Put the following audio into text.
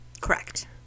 Correct